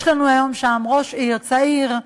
יש לנו היום שם ראש עיר צעיר,